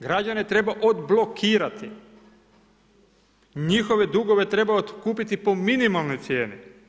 Građane treba odblokirati, njihove dugove treba otkupiti po minimalnoj cijeni.